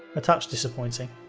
a touch disappointing.